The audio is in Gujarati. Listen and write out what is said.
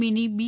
મીની બી